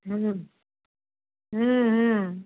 हूँ हूँ हूँ